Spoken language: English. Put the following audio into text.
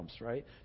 right